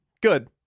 good